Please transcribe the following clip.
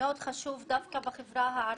מאוד חשוב דווקא בחברה הערביות,